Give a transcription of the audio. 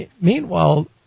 Meanwhile